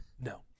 No